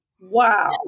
Wow